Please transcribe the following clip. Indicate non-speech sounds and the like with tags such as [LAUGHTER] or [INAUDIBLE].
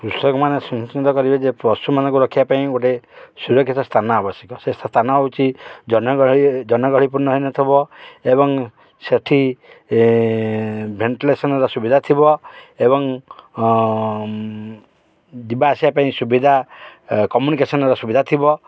କୃଷକମାନେ [UNINTELLIGIBLE] କରିବେ ଯେ ପଶୁମାନଙ୍କୁ ରଖିବା ପାଇଁ ଗୋଟେ ସୁରକ୍ଷିତ ସ୍ଥାନ ଆବଶ୍ୟକ ସେ ସ୍ଥାନ ହେଉଛି ଜନଗହଳି ଜନଗହଳି ପୂର୍ଣ୍ଣ ହୋଇନଥିବ ଏବଂ ସେଠି ଭେଣ୍ଟିଲେସନ୍ର ସୁବିଧା ଥିବ ଏବଂ ଯିବା ଆସିବା ପାଇଁ ସୁବିଧା କମ୍ୟୁନିକେସନ୍ର ସୁବିଧା ଥିବ